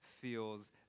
feels